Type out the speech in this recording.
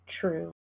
true